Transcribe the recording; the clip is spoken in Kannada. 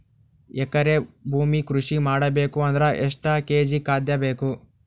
ಎಕರೆ ಭೂಮಿ ಕೃಷಿ ಮಾಡಬೇಕು ಅಂದ್ರ ಎಷ್ಟ ಕೇಜಿ ಖಾದ್ಯ ಬೇಕು?